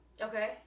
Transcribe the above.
Okay